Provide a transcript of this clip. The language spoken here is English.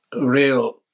real